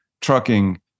trucking